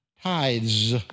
tithes